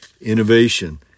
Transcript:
innovation